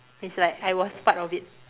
it's like I was part of it